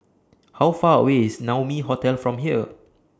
How Far away IS Naumi Hotel from here